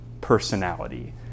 personality